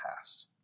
past